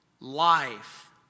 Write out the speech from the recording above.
life